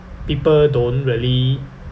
people don't really